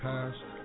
Past